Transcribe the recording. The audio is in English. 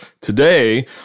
Today